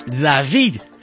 David